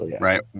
Right